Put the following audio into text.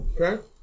Okay